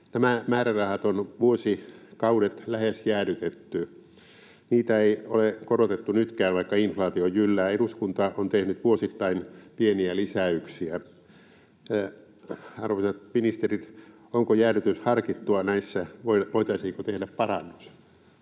Nämä määrärahat on vuosikaudet lähes jäädytetty. Niitä ei ole korotettu nytkään, vaikka inflaatio jyllää. Eduskunta on tehnyt vuosittain pieniä lisäyksiä. Arvoisat ministerit, onko jäädytys harkittua näissä, voitaisiinko tehdä parannus?